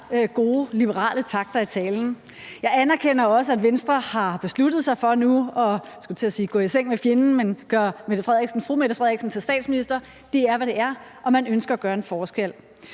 gode liberale takter i talen. Jeg anerkender også, at Venstre nu har besluttet sig for, jeg skulle til at sige at gå i seng med fjenden, men altså at gøre fru Mette Frederiksen til statsminister. Det er, hvad det er, og man ønsker at gøre en forskel.